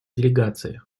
делегации